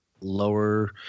lower